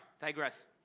Digress